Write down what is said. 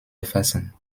erfassen